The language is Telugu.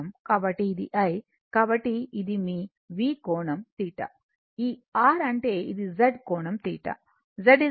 కాబట్టి ఇది i కాబట్టి ఇది మీ V కోణం θ ఈ R అంటే ఇది Z కోణం θ